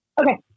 Okay